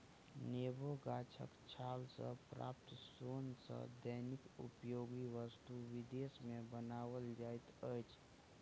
नेबो गाछक छाल सॅ प्राप्त सोन सॅ दैनिक उपयोगी वस्तु विदेश मे बनाओल जाइत अछि